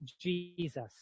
Jesus